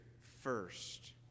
first